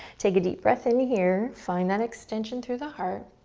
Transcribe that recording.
take a deep breath in here. find that extension through the heart